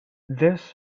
this